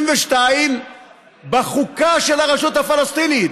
בחוקה של הרשות הפלסטינית,